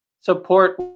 support